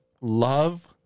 love